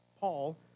Paul